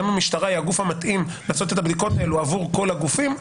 האם המשטרה היא הגוף המתאים לעשות את הבדיקות האלה עבור כל הגופים,